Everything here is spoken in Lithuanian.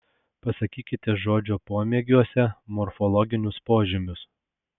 pasakykite žodžio pomėgiuose morfologinius požymius